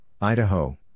Idaho